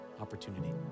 opportunity